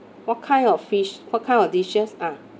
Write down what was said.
what kind of fish what kind of dishes ah